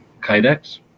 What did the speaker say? kydex